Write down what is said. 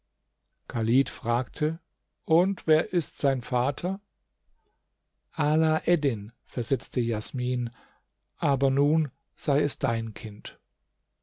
fragte und wer ist sein vater ala eddin versetzte jasmin aber nun sei es dein kind